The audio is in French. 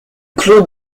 clos